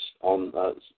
on